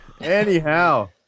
Anyhow